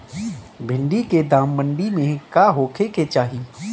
भिन्डी के दाम मंडी मे का होखे के चाही?